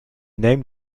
named